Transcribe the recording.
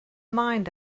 mind